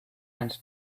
and